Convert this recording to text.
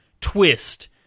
twist